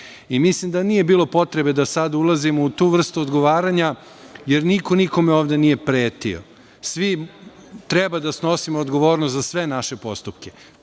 i mislim da nije bilo potrebe da sada ulazimo u tu vrstu odgovaranja, jer niko nikome ovde nije pretio. Svi treba da snosimo odgovornost za sve naše postupke,